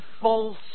false